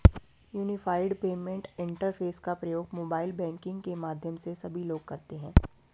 unified payment interface का प्रयोग mobile banking के माध्यम से सभी लोग करते हैं